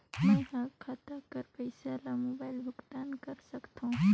मैं ह खाता कर पईसा ला मोबाइल भुगतान कर सकथव?